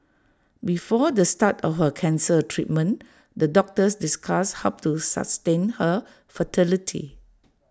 before the start of her cancer treatment the doctors discussed how to sustain her fertility